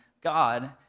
God